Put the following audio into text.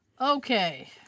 Okay